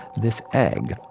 this egg,